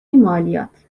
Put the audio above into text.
مالیات